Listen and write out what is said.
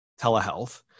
telehealth